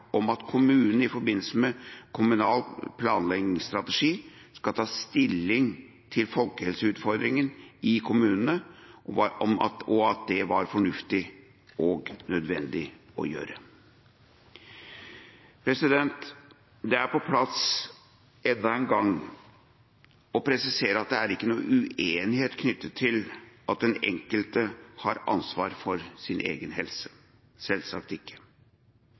om at kommunen i forbindelse med kommunal planstrategi skal ta stilling til folkehelseutfordringen i kommunene, var fornuftig og nødvendig. Det er på sin plass enda en gang å presisere at det er ikke noen uenighet knyttet til at den enkelte har ansvar for sin egen helse – selvsagt ikke.